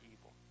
evil